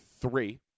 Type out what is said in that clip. three